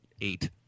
eight